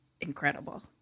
incredible